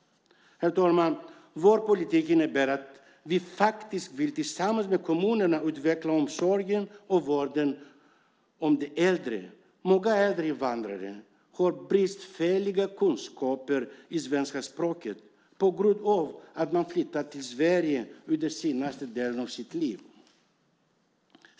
Vår politik innebär att vi tillsammans med kommunerna vill utveckla omsorgen och vården om de äldre. Många äldre invandrare har bristfälliga kunskaper i det svenska språket på grund av att de flyttat till Sverige sent i livet.